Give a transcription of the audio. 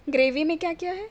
gravy میں کیا کیا ہے